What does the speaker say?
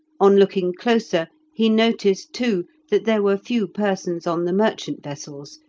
on looking closer he noticed, too, that there were few persons on the merchant vessels,